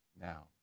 now